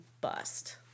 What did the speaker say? bust